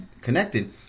connected